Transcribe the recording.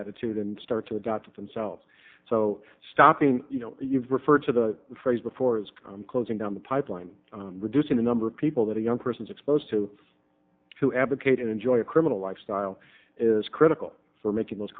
attitude and start to adopt themselves so stopping you know you've referred to the phrase before closing down the pipeline reducing the number of people that a young person's exposed to to advocate and enjoy a criminal lifestyle is critical for making those